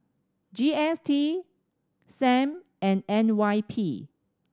G S T Sam and N Y P